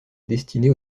destinée